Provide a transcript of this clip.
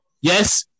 Yes